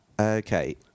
Okay